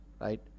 right